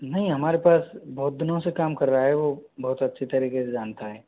नहीं हमारे पास बहुत दिनों से काम कर रहा है वह बहुत अच्छी तरीके जानता है